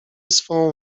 swą